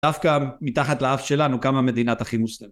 דווקא מתחת לאף שלנו קמה מדינת אחים מוסלמים.